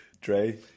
Dre